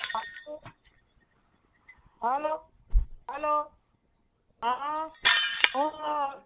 હાલો hello hello હા હું